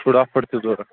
شُراہ فُٹ تہِ ضروٗرت